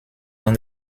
dans